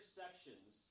sections